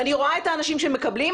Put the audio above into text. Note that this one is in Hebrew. ואני רואה את האנשים שמקבלים,